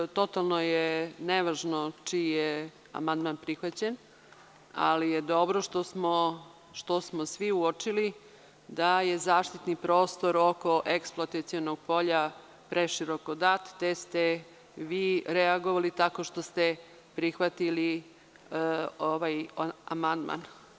Dakle, totalno je nevažno čiji je amandman prihvaćen, ali je dobro što smo svi uočili da je zaštitni prostor oko eksploatacionog polja preširoko dat, te ste vi reagovali tako što ste prihvatili ovaj amandman.